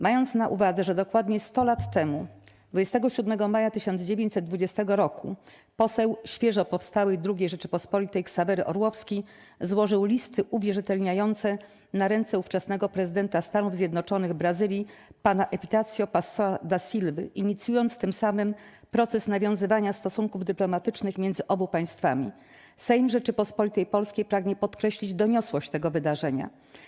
Mając na uwadze, że dokładnie 100 lat temu, 27 maja 1920 r., poseł świeżo powstałej II Rzeczypospolitej Ksawery Orłowski złożył listy uwierzytelniające na ręce ówczesnego prezydenta Stanów Zjednoczonych Brazylii pana Epitácio Pessoa da Silvy, inicjując tym samym proces nawiązywania stosunków dyplomatycznych między obu państwami, Sejm Rzeczypospolitej Polskiej pragnie podkreślić doniosłość tego wydarzenia.